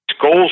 goals